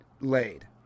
laid